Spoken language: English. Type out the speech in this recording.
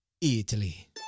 Italy